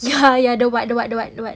ya ya the what the what the what the what